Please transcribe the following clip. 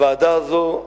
הוועדה הזאת,